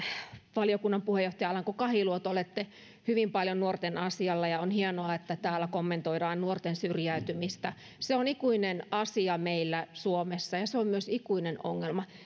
valiokunnan puheenjohtaja alanko kahiluoto olette hyvin paljon nuorten asialla ja on hienoa että täällä kommentoidaan nuorten syrjäytymistä se on ikuinen asia meillä suomessa ja se on myös ikuinen ongelma